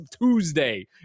Tuesday